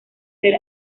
ser